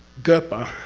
gupa,